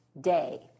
day